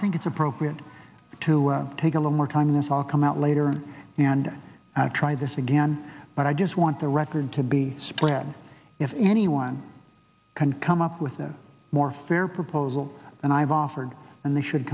think it's appropriate to take a lot more time this all come out later and i'll try this again but i just want the record to be spread if anyone can come up with a more fair proposal and i've offered and they should